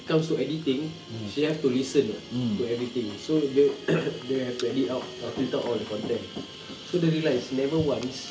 it comes to editing she have to listen [what] to everything so dia dia have to edit out filter all the content so dia realise never once